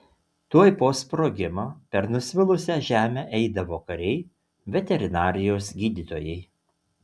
tuoj po sprogimo per nusvilusią žemę eidavo kariai veterinarijos gydytojai